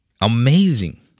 Amazing